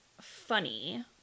funny